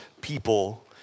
people